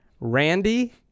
Randy